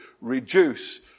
reduce